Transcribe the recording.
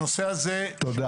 הנושא זה --- תודה.